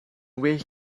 well